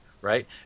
right